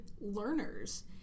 learners